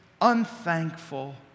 unthankful